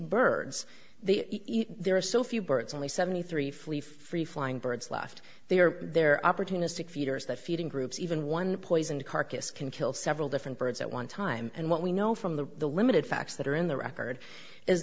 the there are so few birds only seventy three fully free flying birds left they are there opportunistic feeders that feeding groups even one poisoned carcass can kill several different birds at one time and what we know from the the limited facts that are in the record is